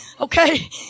okay